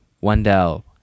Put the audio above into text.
Wendell